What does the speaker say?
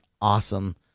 awesome